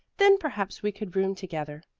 then perhaps we could room together.